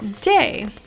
day